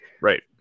Right